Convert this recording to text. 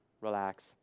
relax